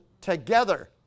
together